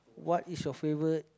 what is your favorite